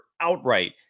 outright